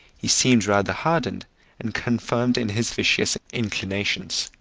he seemed rather hardened and confirmed in his vicious inclinations,